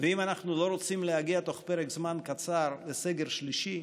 ואם אנחנו לא רוצים להגיע תוך פרק זמן קצר לסגר שלישי,